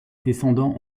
descendants